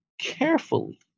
carefully